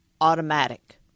automatic